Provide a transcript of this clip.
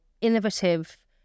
innovative